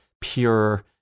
pure